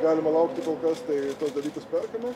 galima laukti kol kas tai tuos dalykus perkame